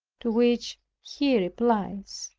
to which he replies,